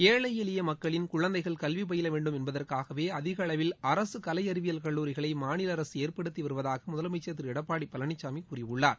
ஏழை எளிய மக்களின் குழந்தைகள் கல்வி பயிலவேண்டும் என்பதற்காகவே அதிக அளவில் அரசு கலை அறிவியல் கல்லூரிகளை மாநில அரசு ஏற்படுத்தி வருவதாக முதலமைச்சர் திரு எடப்பாடி பழனிசாமி கூறியுள்ளார்